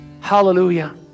Hallelujah